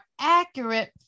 accurate